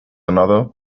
another